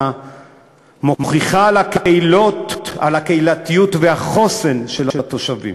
מוכיחה את הקהילתיות והחוסן של התושבים.